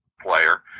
player